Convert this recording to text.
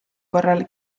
korral